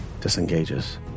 disengages